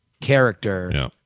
character